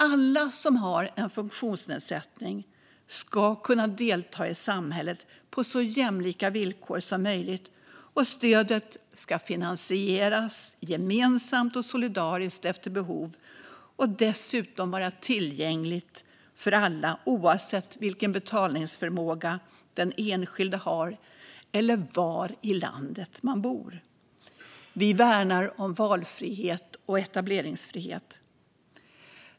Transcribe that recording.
Alla som har en funktionsnedsättning ska kunna delta i samhället på så jämlika villkor som möjligt, och stödet ska finansieras gemensamt och solidariskt efter behov och dessutom vara tillgängligt för alla oavsett vilken betalningsförmåga den enskilde har eller var i landet man bor. Vi värnar om valfrihet och etableringsfrihet.